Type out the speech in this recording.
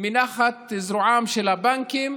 מנחת זרועם של הבנקים,